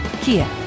Kia